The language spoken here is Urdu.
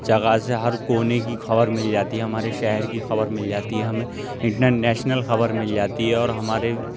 جگہ سے ہر کونے کی خبر مل جاتی ہے ہمارے شہر کی خبر مل جاتی ہے ہمیں انٹرنیشنل خبر مل جاتی ہے اور ہمارے